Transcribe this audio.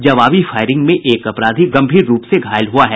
जवाबी फायरिंग में एक अपराधी गंभीर रूप से घायल हुआ है